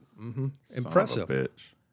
Impressive